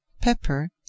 pepper